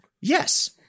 Yes